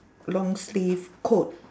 long sleeve coat